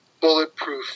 bulletproof